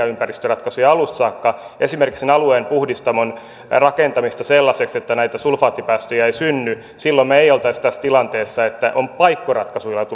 ympäristöratkaisuja alusta saakka esimerkiksi sen alueen puhdistamon rakentamista sellaiseksi että näitä sulfaattipäästöjä ei synny silloin me emme olisi tässä tilanteessa että on paikkoratkaisuja